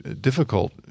difficult